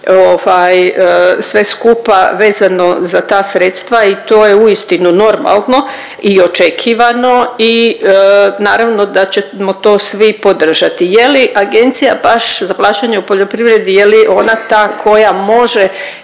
sve skupa vezano za ta sredstva i to je uistinu normalno i očekivano i naravno da ćemo to svi podržati. Je li agencija baš, za plaćanje u poljoprivredi, je li ona ta koja može